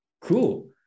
Cool